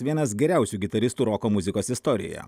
vienas geriausių gitaristų roko muzikos istorijoje